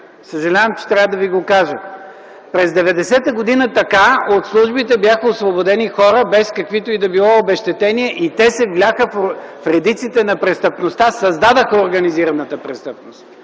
Съжалявам, че трябва да ви го кажа! През 1990 г. така от службите бяха освободени хора без каквито и да било обезщетения и те се вляха в редиците на престъпността, създадоха организираната престъпност.